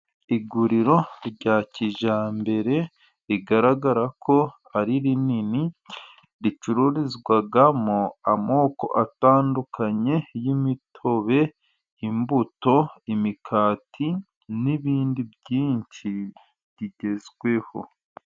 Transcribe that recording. Iguriro rya kijyambere rigaragara ko ari rinini. Ricururizwamo amoko atandukanye y'imitobe, imbuto, imikati n'ibindi byinshi, rigezweho.